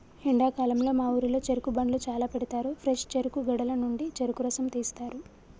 ఎండాకాలంలో మా ఊరిలో చెరుకు బండ్లు చాల పెడతారు ఫ్రెష్ చెరుకు గడల నుండి చెరుకు రసం తీస్తారు